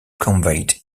conveyed